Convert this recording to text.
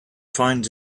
finds